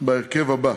בהרכב הבא: